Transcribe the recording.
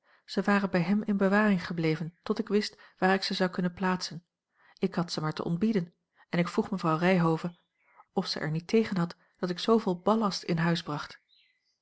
ze waren bij hem in bewaring gebleven tot ik wist waar ik ze zou kunnen plaatsen ik had ze maar te ontbieden en ik vroeg mevrouw ryhove of zij er niet tegen had dat ik zooveel ballast in huis bracht